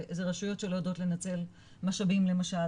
זה רשויות שלא יודעות לנצל משאבים למשל,